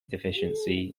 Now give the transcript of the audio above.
deficiency